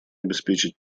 обеспечить